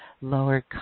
lower